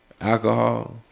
alcohol